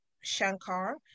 Shankar